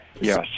Yes